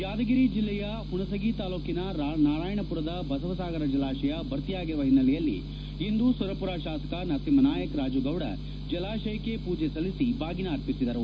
ಯಾದಗಿರಿ ಜೆಲ್ಲೆಯ ಹುಣಸಗಿ ತಾಲ್ಲೂಕಿನ ನಾರಾಯಣಪುರದ ಬಸವಸಾಗರ ಜಲಾಶಯ ಭರ್ತಿಯಾಗಿರುವ ಹಿನ್ನೆಲೆಯಲ್ಲಿ ಇಂದು ಸುರಪುರ ಶಾಸಕ ನರಸಿಂಹನಾಯಕ್ ರಾಜುಗೌಡ ಜಲಾಶಯಕ್ಕೆ ಪೂಜೆ ಸಲ್ಲಿಸಿ ಬಾಗಿನ ಅರ್ಪಿಸಿದರು